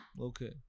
okay